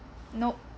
nope